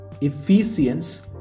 Ephesians